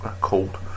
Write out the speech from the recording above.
cold